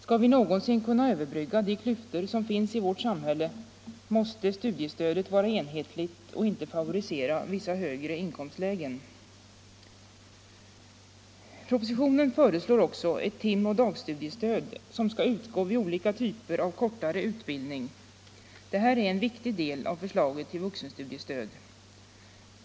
Skall vi någonsin kunna överbrygga de klyftor som finns i vårt samhälle, måste studiestödet vara enhetligt och inte favorisera vissa högre inkomstlägen. I propositionen föreslås också ett timoch dagstudiestöd som skall utgå vid olika typer av kortare utbildning. Det är en viktig del av förslaget till vuxenstudiestöd.